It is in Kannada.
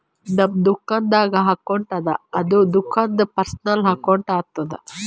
ನಮ್ದು ದುಕಾನ್ದು ಅಕೌಂಟ್ ಅದ ಅದು ದುಕಾಂದು ಪರ್ಸನಲ್ ಅಕೌಂಟ್ ಆತುದ